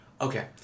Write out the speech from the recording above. okay